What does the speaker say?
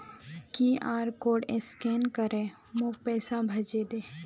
QR code scan करे मोक पैसा भेजे दे